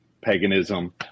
paganism